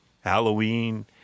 Halloween